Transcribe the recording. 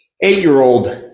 eight-year-old